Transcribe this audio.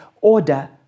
order